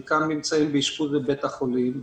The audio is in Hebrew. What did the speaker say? חלקם באשפוז בבית החולים,